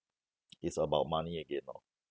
it's about money again lor